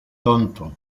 tonto